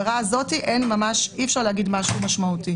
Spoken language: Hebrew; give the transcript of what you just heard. בפתיחה או להמתין להתייחסות משרדי הממשלה?